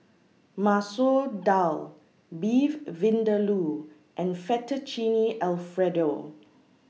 Masoor Dal Beef Vindaloo and Fettuccine Alfredo